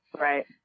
Right